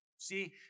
See